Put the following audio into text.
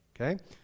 Okay